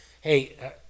hey